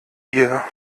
ihr